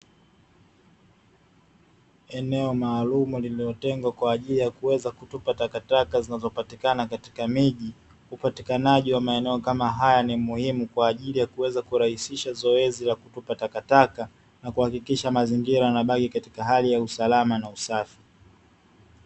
Eneo maalumu lililotengwa kwa ajili ya kuweza kutupa takataka zinazopatikana katika miji. Upatikanaji wa maeneo kama haya ni muhimu kwa ajili ya kuweza kurahisisha zoezi la kutupa takataka na kuhakikisha mazingira yanabaki katika hali ya usalama na usafi.